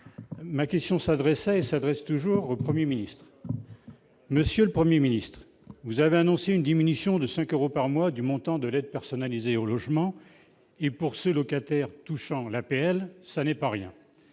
ma question s'adressait s'adresse toujours 1er ministre monsieur le 1er ministre vous avez annoncé une diminution de 5 euros par mois, du montant de l'aide personnalisée au logement et pour ses locataires touchant l'APL, ça n'est pas rien